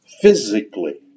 physically